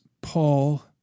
Paul